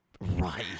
Right